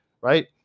Right